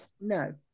no